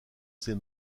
ses